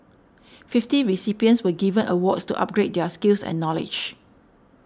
fifty recipients were given awards to upgrade their skills and knowledge